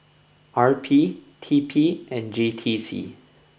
R P T P and J T C